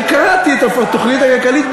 אני קראתי את התוכנית הכלכלית,